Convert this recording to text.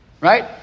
Right